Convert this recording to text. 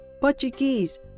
Portuguese